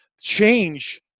change